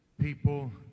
people